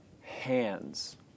hands